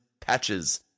patches